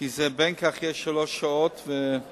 כי בין כך ובין כך יש שלוש שעות טיפול,